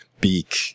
beak